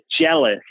jealous